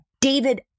David